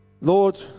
Lord